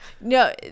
No